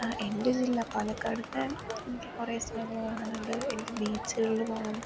എൻ്റെ ജില്ല പാലക്കാടിൻ്റെ എനിക്ക് കുറേ സ്ഥലങ്ങൾ കാണാനുണ്ട് എനിക്ക് ബീച്ചുകളിൽ പോകണം